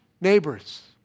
neighbors